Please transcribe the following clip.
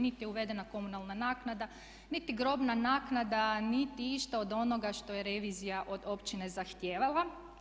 Niti je uvedena komunalna naknada, niti grobna naknada, niti išta od onoga što je revizija od općine zahtijevala.